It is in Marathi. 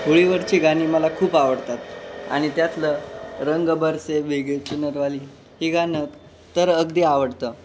होळीवरची गाणी मला खूप आवडतात आणि त्यातलं रंगबरसे चुनरवाली हे गाणं तर अगदी आवडतं